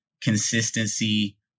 consistency